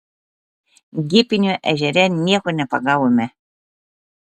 gipinio ežere nieko nepagavome